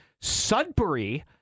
Sudbury